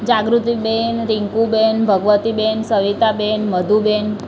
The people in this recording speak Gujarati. જાગૃતિબેન રિન્કુબેન ભગવતીબેન સવિતાબેન મધુબેન